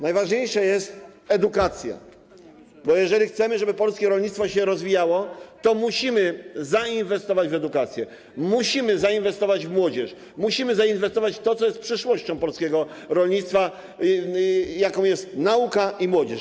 Najważniejsza jest edukacja, bo jeżeli chcemy, żeby polskie rolnictwo się rozwijało, to musimy zainwestować w edukację, musimy zainwestować w młodzież, musimy zainwestować w to, co jest przyszłością polskiego rolnictwa: w naukę i młodzież.